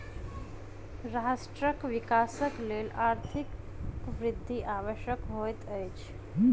राष्ट्रक विकासक लेल आर्थिक वृद्धि आवश्यक होइत अछि